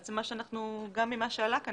בעצם גם ממה שעלה כאן,